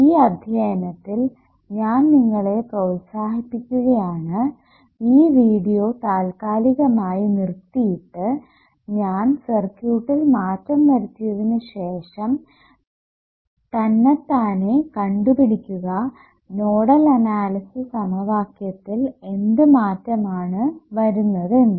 ഈ അദ്ധ്യയനത്തിൽ ഞാൻ നിങ്ങളെ പ്രോത്സാഹിപ്പിക്കുകയാണ് ഈ വീഡിയോ താൽക്കാലികമായി നിറുത്തിയിട്ട് ഞാൻ സർക്യൂട്ടിൽ മാറ്റം വരുത്തിയതിനു ശേഷം തന്നെത്താനെ കണ്ടുപിടിക്കുക നോഡൽ അനാലിസിസ് സമവാക്യത്തിൽ എന്ത് മാറ്റമാണ് വരുന്നതെന്ന്